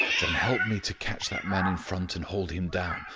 then help me to catch that man in front and hold him down.